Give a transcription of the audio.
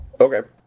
Okay